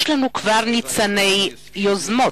יש לנו כבר ניצני יוזמות.